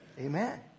Amen